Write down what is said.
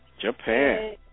Japan